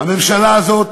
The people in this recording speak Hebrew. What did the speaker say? הממשלה הזאת